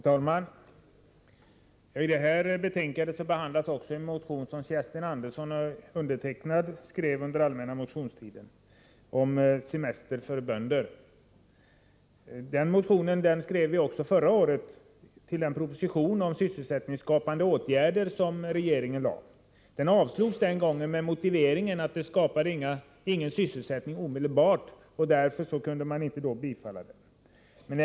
Herr talman! I detta betänkande behandlas också en motion som Kerstin Andersson och jag skrev under allmänna motionstiden, om semester för bönder. Vi skrev också en likalydande motion förra året i anslutning till den proposition om sysselsättningsskapande åtgärder som regeringen då lade fram. Motionen avstyrktes den gången med motiveringen att förslaget inte skapade någon sysselsättning omedelbart och att man därför inte kunde tillstyrka det.